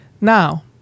Now